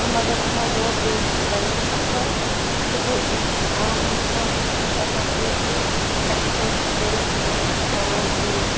تہٕ مگر یِمو روڈ ویز تہِ چھِ واریاہ اَصٕل تہٕ بیٚیہِ أکِس عام اِنسان چھِ ہٮ۪کان ایٖزلی اٮ۪فٲٹ کٔرِتھ یِم روڈ ویز